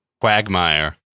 Quagmire